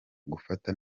gufata